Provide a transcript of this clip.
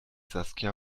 saskia